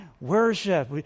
worship